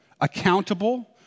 accountable